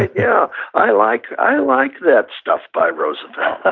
yeah i like i like that stuff by roosevelt. ah